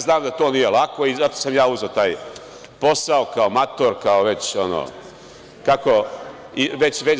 Znam da to nije lako i zato sam ja uzeo taj posao kao mator, kao već kako